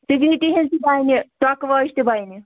سِگنِٹی ہِنٛز تہِ بَنہِ ٹۄکہٕ وٲج تہِ بَنہِ